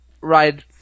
right